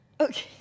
Okay